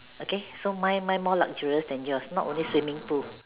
okay so mine mine more luxurious than yours not only swimming pool